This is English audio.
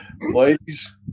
Ladies